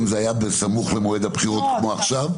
זה היה בסמוך למועד הבחירות כמו עכשיו?